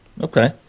Okay